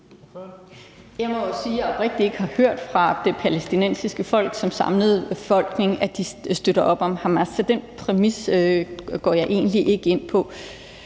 Jeg må jo sige oprigtigt, at jeg ikke har hørt fra det palæstinensiske folk som samlet befolkning, at de støtter op om Hamas, så den præmis går jeg egentlig ikke ind på.